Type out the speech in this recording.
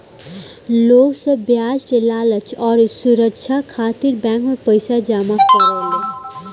लोग सब ब्याज के लालच अउरी सुरछा खातिर बैंक मे पईसा जमा करेले